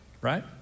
right